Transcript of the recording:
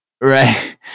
right